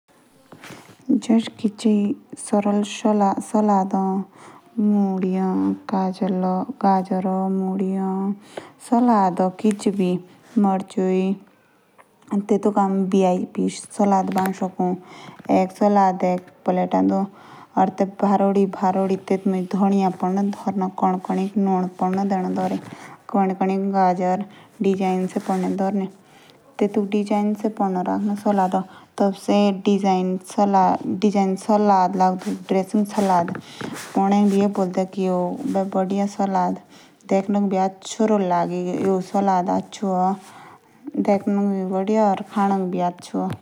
जे एबि कासिके गलती ए। ते तेसिक माफ बी क्रना पदो। या तिने देजी गलती दोबारा करी। तो तेसिक माफ पडा न क्रना।